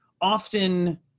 often